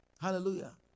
Hallelujah